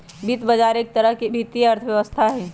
वित्त बजार एक तरह से वित्तीय व्यवस्था हई